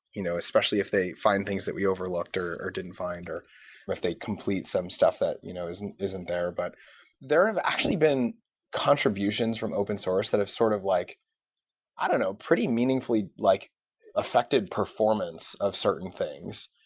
you know especially if they find things that we overlooked or or didn't find, or if they complete some stuff that you know isn't there. there have but there have actually been contributions from open-source that have sort of like i don't know. pretty meaningfully like affected performance of certain things.